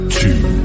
two